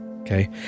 Okay